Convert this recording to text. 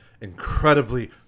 incredibly